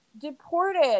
deported